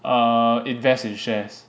err invest in shares